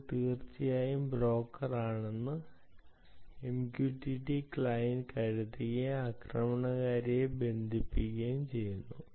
ഇത് തീർച്ചയായും ബ്രോക്കറാണെന്ന് MQTT ക്ലയന്റ് കരുതുകയും ആക്രമണകാരിയുമായി ബന്ധിപ്പിക്കുകയും ചെയ്യുന്നു